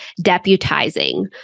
deputizing